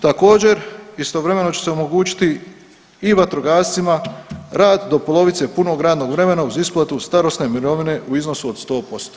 Također, istovremeno će se omogućiti i vatrogascima rad do polovice punog radnog vremena uz isplatu starosne mirovine u iznosu od 100%